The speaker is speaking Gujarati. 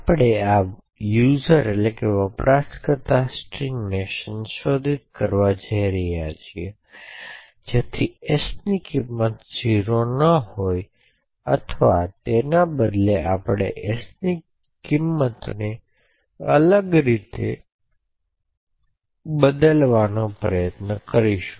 આપણે આ વપરાશકર્તા સ્ટ્રિંગને સંશોધિત કરવા જઈ રહ્યા છીએ જેથી s ની કિંમત 0 ન હોય અથવા તેના બદલે આપણે sની કિંમતને અલગ રીતે બદલવાનો પ્રયત્ન કરીશું